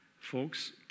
Folks